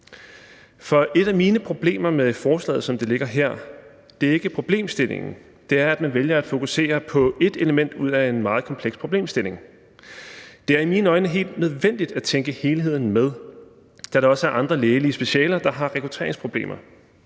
Et af mine problemer med forslaget, som det ligger her, er ikke problemstillingen, men det er, at man vælger at fokusere på ét element ud af en meget kompleks problemstilling. Det er i mine øjne helt nødvendigt at tænke helheden med, da der også er andre lægelige specialer, der har rekrutteringsproblemer.